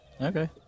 okay